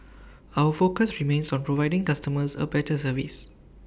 our focus remains on providing customers A better service